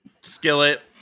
Skillet